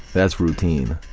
that's routine.